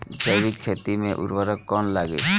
जैविक खेती मे उर्वरक कौन लागी?